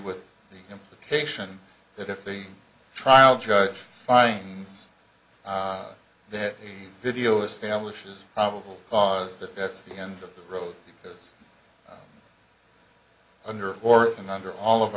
with the implication that if the trial judge finds that video establishes probable cause that that's the end of the road because under or and under all of